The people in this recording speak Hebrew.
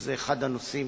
וזה אחד הנושאים